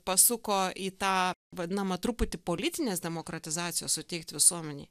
pasuko į tą vadinamą truputį politinės demokratizacijos suteikt visuomenei